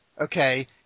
okay